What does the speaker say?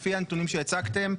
לפי הנתונים שהצגתם,